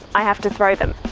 i have to throw them.